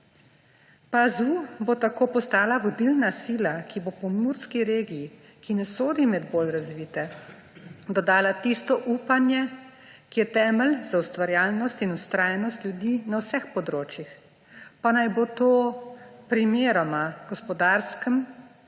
PAZU bo tako postala vodilna sila, ki bo pomurski regiji, ki ne sodi med bolj razvite, dodala tisto upanje, ki je temelj za ustvarjalnost in vztrajnost ljudi na vseh področjih, pa naj bo to primeroma gospodarskem,